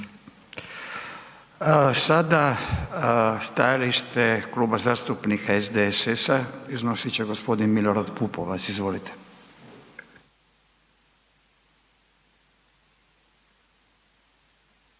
Sada stajalište Kluba zastupnika SDSS-a iznosit će g. Milorad Pupovac. Izvolite.